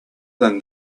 than